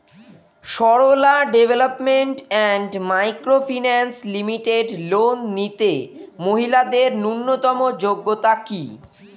Sarala development and micro finance limited loan নিতে মহিলাদের ন্যূনতম যোগ্যতা কী?